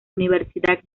universidad